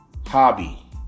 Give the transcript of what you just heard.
hobby